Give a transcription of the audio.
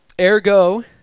Ergo